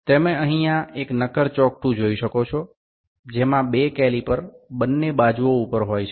તમે અહીંયા એક નક્કર ચોકઠું જોઈ શકો છો જેમાં બે કેલીપર બંને બાજુઓ ઉપર હોય છે